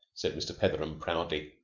said mr. petheram proudly.